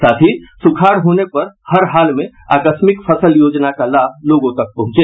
साथ ही सुखाड़ होने पर हरहाल में आकस्मिक फसल योजना का लाभ लोगों तक पहुंचे